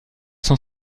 cent